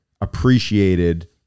appreciated